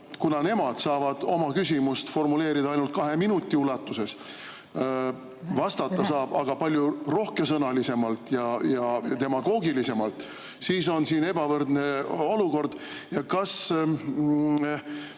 kuna nemad saavad oma küsimust formuleerida ainult kahe minuti ulatuses, vastata saab aga palju rohkesõnalisemalt ja demagoogilisemalt, siis on siin ebavõrdne olukord. Kas